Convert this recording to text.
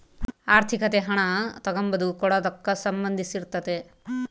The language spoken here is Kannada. ಆರ್ಥಿಕತೆ ಹಣ ತಗಂಬದು ಕೊಡದಕ್ಕ ಸಂದಂಧಿಸಿರ್ತಾತೆ